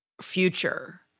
future